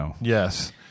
Yes